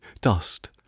Dust